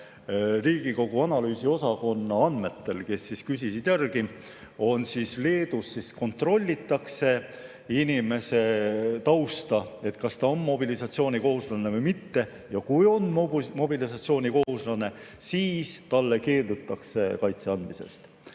Riigikogu analüüsiosakonna andmetel – nad küsisid järele – Leedus kontrollitakse inimese tausta, kas ta on mobilisatsioonikohuslane või mitte. Ja kui on mobilisatsioonikohuslane, siis talle keeldutakse kaitset andmast.